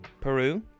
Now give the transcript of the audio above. Peru